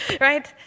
right